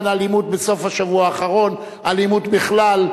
האלימות בסוף השבוע האחרון והאלימות בכלל,